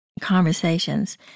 conversations